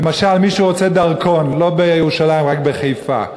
למשל, מי שרוצה דרכון לא בירושלים, רק בחיפה,